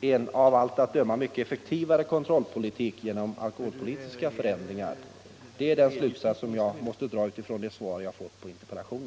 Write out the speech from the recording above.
en av allt att döma mycket effektivare kontrollpolitik genom alkoholpolitiska förändringar. Det är den slutsats som jag måste dra utifrån det svar jag har fått på interpellationen.